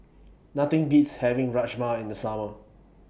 Nothing Beats having Rajma in The Summer